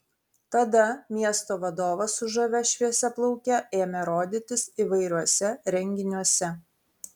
tada miesto vadovas su žavia šviesiaplauke ėmė rodytis įvairiuose renginiuose